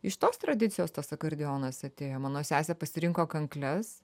iš tos tradicijos tas akordeonas atėjo mano sesė pasirinko kankles